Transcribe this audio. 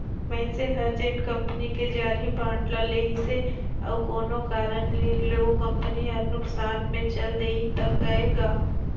मइनसे हर जेन कंपनी के जारी बांड ल लेहिसे अउ कोनो कारन ले ओ कंपनी हर नुकसान मे चल देहि त गय गा